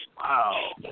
Wow